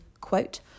quote